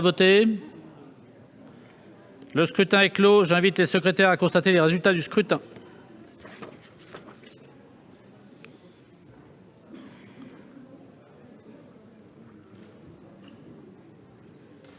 Le scrutin est clos. J'invite Mmes et MM. les secrétaires à constater le résultat du scrutin.